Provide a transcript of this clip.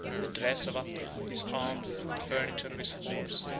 the dress of attila, his arms, and the furniture of his horse,